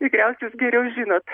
tikriausiai jūs geriau žinot